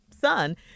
son